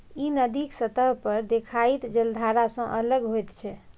ई नदीक सतह पर देखाइत जलधारा सं अलग होइत छै